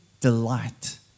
delight